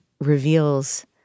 reveals